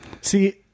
See